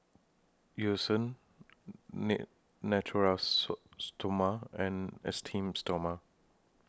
Eucerin Natura So Stoma and Esteem Stoma